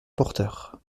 porteurs